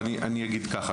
אני אגיד ככה,